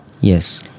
yes